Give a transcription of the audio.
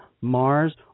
Mars